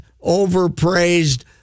overpraised